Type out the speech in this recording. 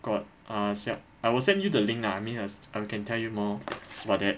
got ah se~ I will send you the link lah I mean I can tell you more about that